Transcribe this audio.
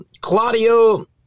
Claudio